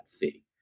fee